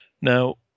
Now